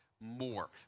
more